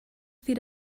feed